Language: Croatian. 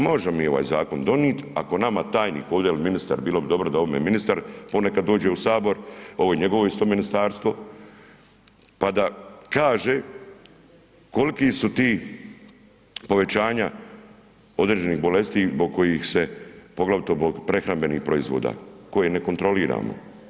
Možemo mi ovaj zakon donijeti ako nama tajnik ili ministar, bilo bi dobro da ovdje ministar ponekad dođe u Sabor ovo je njegovo isto ministarstvo pa da kaže koliki su ti povećanja određenih bolesti zbog kojih se poglavito prehrambenih proizvoda koje ne kontroliramo.